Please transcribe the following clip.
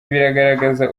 biragaragaza